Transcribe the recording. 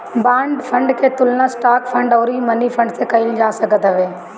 bond fund के तुलना stock fund अउरी मनीफंड से कईल जा सकत हवे